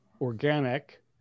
organic